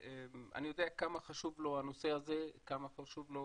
שאני יודע כמה חשוב לו הנושא הזה, כמה חשוב לו